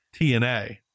TNA